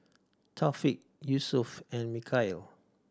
Thaqif Yusuf and Mikhail